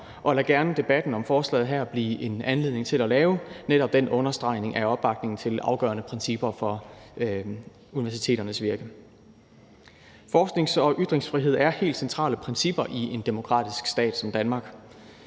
og lad gerne debatten om forslaget her blive en anledning til at lave netop den understregning af opbakningen til afgørende principper for universiteternes virke. Forsknings- og ytringsfrihed er helt centrale principper i en demokratisk stat som Danmark.